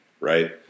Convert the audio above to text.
right